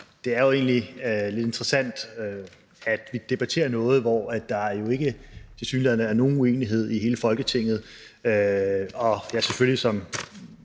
det er jo egentlig lidt interessant, at vi debatterer noget, hvor der jo ikke tilsyneladende er nogen uenighed i hele Folketinget, og regeringen og